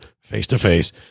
face-to-face